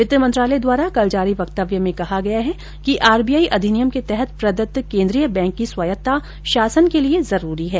वित्त मंत्रालय द्वारा कल जारी वक्तव्य में कहा गया है कि आरबीआई अधिनियम के तहत प्रदत्त केंद्रीय बैंक की स्वायत्तता शासन के लिये जरूरी है